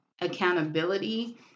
accountability